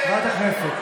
ועדת הכנסת.